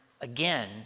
again